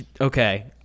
Okay